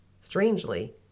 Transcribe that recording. Strangely